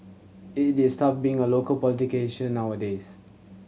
it is tough being a local politician nowadays